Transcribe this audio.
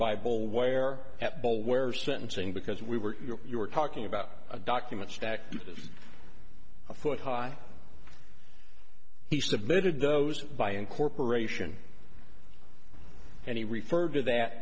ball where sentencing because we were you were talking about a document stack a foot high he submitted those by incorporation and he referred to that